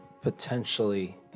potentially